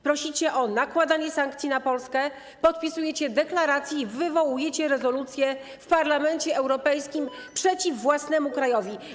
Prosicie o nakładanie sankcji na Polskę, podpisujecie deklaracje, wywołujecie rezolucje w Parlamencie Europejskim przeciw własnemu krajowi.